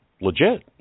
legit